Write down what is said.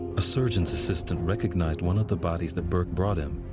a surgeon's assistant recognized one of the bodies that burke brought him.